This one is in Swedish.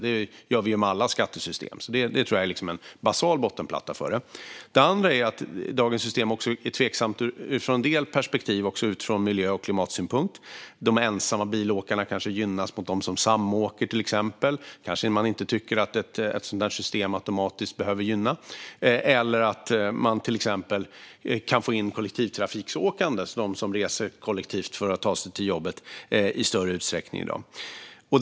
Det gör vi ju med alla skatter, så det tror jag är en basal bottenplatta. Ett annat skäl är att dagens system är tveksamt ur en del perspektiv och även ur miljö och klimatsynpunkt. De ensamma bilåkarna kanske gynnas jämfört med dem som samåker, till exempel, och det kanske man inte tycker att ett sådant här system automatiskt behöver göra. Man kanske till exempel kan få in kollektivtrafiksåkande, alltså de som reser kollektivt för att ta sig till jobbet, i större utsträckning än i dag.